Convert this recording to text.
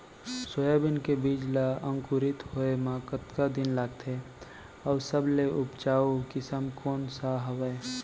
Soybean के बीज ला अंकुरित होय म कतका दिन लगथे, अऊ सबले उपजाऊ किसम कोन सा हवये?